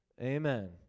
Amen